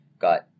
got